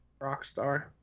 Rockstar